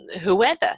whoever